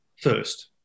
first